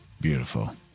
Beautiful